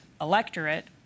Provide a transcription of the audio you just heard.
electorate